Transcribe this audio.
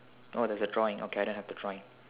oh there's a drawing okay I don't have a drawing